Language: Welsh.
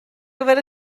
gyfer